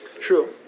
True